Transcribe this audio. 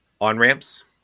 on-ramps